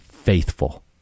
faithful